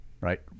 right